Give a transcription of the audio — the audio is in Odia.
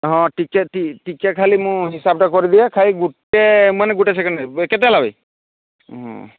ହଁ ଟିକେ ଟିକେ ଖାଲି ମୁଁ ହିସାବଟା କରିଦିଏ ଖାଲି ଗୋଟିଏ ମାନେ ଗୋଟିଏ ସେକେଣ୍ଡ୍ ବେ କେତେ ହେଲା ବେ ହଁ